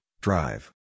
drive